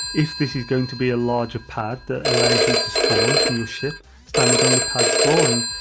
if this is going to be a larger pad that allows you to spawn from your ship standing on the pads flooring,